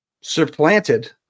supplanted